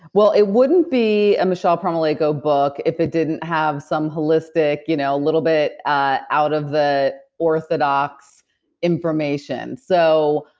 well it wouldn't be a michelle promo lego book if it didn't have some holistic, you know a little bit ah out of the orthodox information. so,